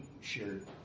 shared